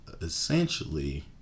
essentially